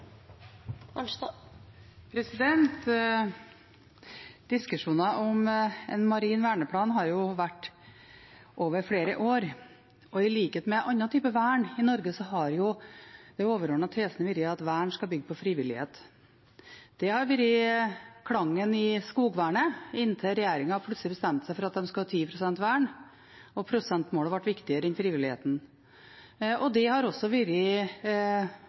om en marin verneplan har vart over flere år, og i likhet med andre typer vern i Norge har den overordnede tesen vært at vern skal bygge på frivillighet. Det har vært klangen i skogvernet inntil regjeringen plutselig bestemte seg for at den skulle ha 10 pst. vern, og prosentmålet ble viktigere enn frivilligheten. Det har også vært